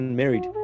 married